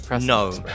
No